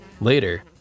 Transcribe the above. later